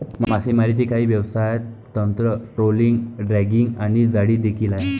मासेमारीची काही व्यवसाय तंत्र, ट्रोलिंग, ड्रॅगिंग आणि जाळी देखील आहे